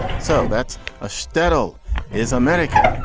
so that's a shtetl is america.